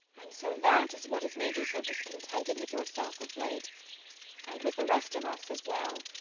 and so that is what has made you so discontented with yourself of late and with the rest of us as well.